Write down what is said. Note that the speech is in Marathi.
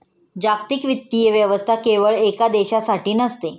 जागतिक वित्तीय व्यवस्था केवळ एका देशासाठी नसते